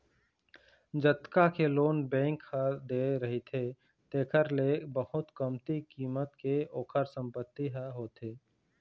जतका के loan bank ह दे रहिथे तेखर ले बहुत कमती कीमत के ओखर संपत्ति ह होथे